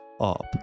up